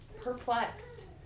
perplexed